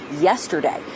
yesterday